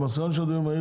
אני מציע דבר כזה.